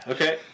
Okay